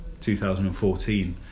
2014